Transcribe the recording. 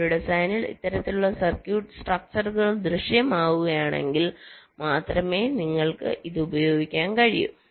ഒരു ഡിസൈനിൽ ഇത്തരത്തിലുള്ള സ്ട്രക്ചർ ദൃശ്യമാകുകയാണെങ്കിൽ മാത്രമേ നിങ്ങൾക്ക്ഇത് ഉപയോഗിക്കാൻ കഴിയൂ